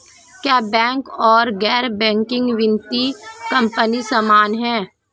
क्या बैंक और गैर बैंकिंग वित्तीय कंपनियां समान हैं?